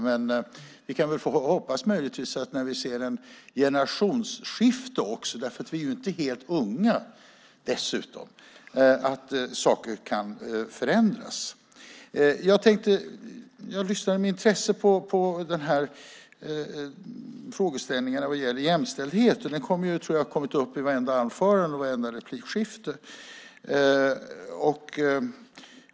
Men vi kan möjligtvis hoppas att vid ett generationsskifte - vi är ju dessutom inte helt unga - saker kan förändras. Jag lyssnade med intresse på frågeställningen om jämställdhet, och jag tror att den har kommit upp i vartenda anförande och vartenda replikskifte.